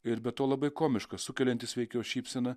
ir be to labai komiškas sukeliantis veikiau šypseną